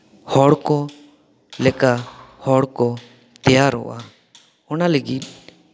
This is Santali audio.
ᱦᱚᱲ ᱠᱚ ᱞᱮᱠᱟ ᱦᱚᱲ ᱠᱚ ᱛᱮᱭᱟᱨᱚᱜᱼᱟ ᱚᱱᱟ ᱞᱟᱹᱜᱤᱫ